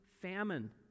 famine